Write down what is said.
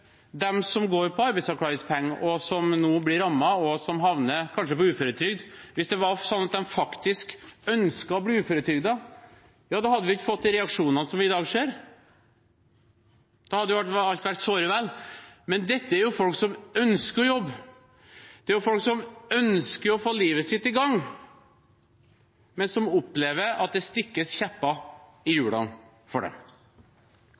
som går på arbeidsavklaringspenger og som nå blir rammet, som kanskje havner på uføretrygd, faktisk ønsket å bli uføretrygdet, hadde vi ikke fått de reaksjonene vi i dag ser, da hadde alt vært såre vel. Men dette er folk som ønsker å jobbe, det er folk som ønsker å få livet sitt i gang, men som opplever at det stikkes kjepper i hjulene for dem.